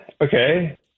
Okay